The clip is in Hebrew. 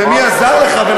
ומי עזר לך.